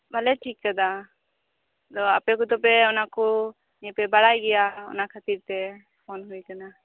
ᱵᱟᱞᱮ ᱴᱷᱤᱠ ᱟᱠᱟᱫᱟ ᱛᱚ ᱟᱯᱮ ᱠᱚᱫᱚᱯᱮ ᱚᱱᱟ ᱠᱚ ᱱᱤᱭᱮ ᱯᱮ ᱵᱟᱲᱟᱭ ᱜᱮᱭᱟ ᱚᱱᱟ ᱠᱷᱟᱛᱤᱨ ᱛᱮ ᱯᱷᱳᱱ ᱦᱳᱭ ᱟᱠᱟᱱᱟ